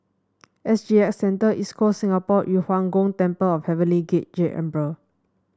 S G X Centre East Coast Singapore Yu Huang Gong Temple Heavenly Jade Emperor